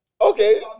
Okay